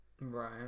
right